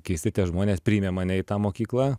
keisti tie žmonės priėmė mane į tą mokyklą